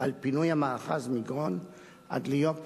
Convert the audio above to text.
על פינוי המאחז מגרון עד ליום ח'